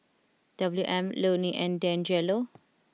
W M Lonie and Deangelo